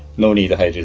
no need high